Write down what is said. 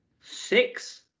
six